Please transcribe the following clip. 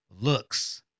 looks